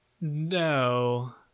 No